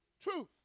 truth